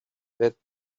that